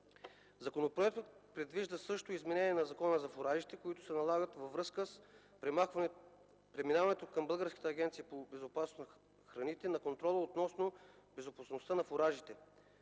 Законопроектът предвижда също изменение на Закона за фуражите, което се налага във връзка с преминаването към Българската агенция по безопасност на храните на контрола относно безопасността на фуражите.